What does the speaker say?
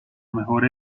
mejor